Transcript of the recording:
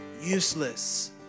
useless